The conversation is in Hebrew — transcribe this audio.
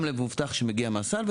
גם למבוטח שמגיע מהסל,